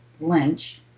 Lynch